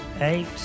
eight